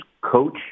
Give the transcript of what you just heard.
coach